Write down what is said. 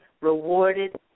rewarded